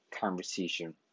conversation